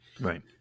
Right